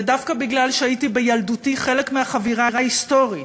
ודווקא בגלל שהייתי בילדותי חלק מהחבירה ההיסטורית